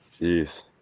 Jeez